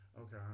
Okay